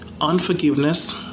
unforgiveness